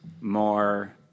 more